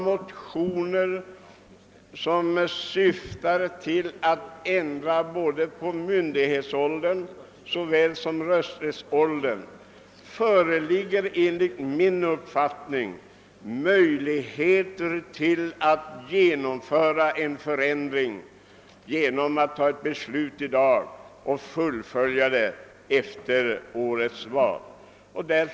Motioner som syftar till en ändring av både myndighetsåldern och rösträttsåldern har väckts, och vi kan nu genomföra en förändring genom att i dag bifalla dessa yrkanden och sedan fatta slutgiltigt beslut nästa år.